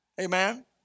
Amen